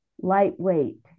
lightweight